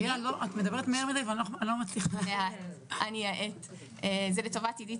גם כשהקורונה הייתה, זה לא שאנשים